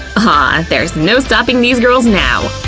ah there's no stopping these girls now!